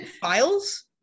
files